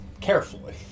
Carefully